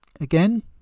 again